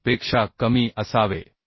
7 पेक्षा कमी असावे